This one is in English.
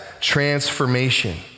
transformation